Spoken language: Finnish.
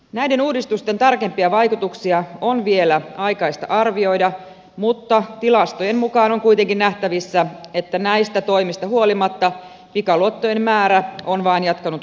näiden uudistusten tarkempia vaikutuksia on vielä aikaista arvioida mutta tilastojen mukaan on kuitenkin nähtävissä että näistä toimista huolimatta pikaluottojen määrä on vain jatkanut kasvuaan